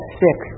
six